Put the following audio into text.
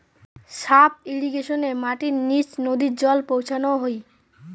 sub ইর্রিগেশনে মাটির নিচ নদী জল পৌঁছানো হই